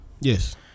Yes